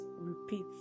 repeat